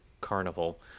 carnival